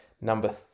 number